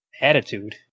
Attitude